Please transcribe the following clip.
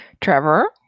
Trevor